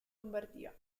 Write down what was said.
lombardia